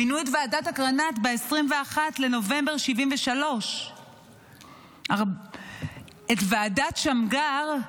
מינו את ועדת אגרנט ב-21 בנובמבר 1973. את ועדת שמגר,